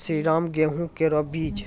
श्रीराम गेहूँ केरो बीज?